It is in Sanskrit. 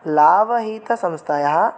लाभहितसंस्थायाः